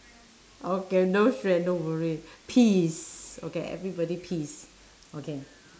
okay no stress no worry peace okay everybody peace okay